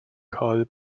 karl